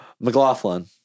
McLaughlin